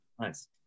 Nice